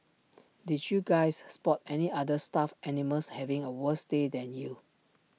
did you guys spot any other stuffed animals having A worse day than you